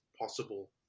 possible